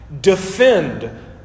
defend